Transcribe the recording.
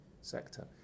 sector